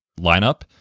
lineup